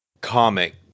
comic